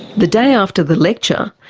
the day after the lecture,